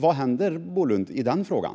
Vad händer, Bolund, i den frågan?